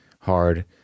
hard